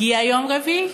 הגיע יום רביעי,